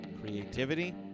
creativity